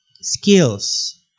Skills